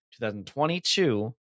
2022